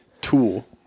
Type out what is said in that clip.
tool